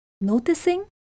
noticing